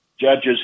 judges